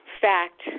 fact